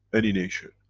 any nation,